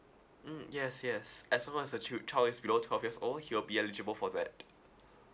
mm yes yes as long as the chi~ child is below twelve years old he will be eligible for that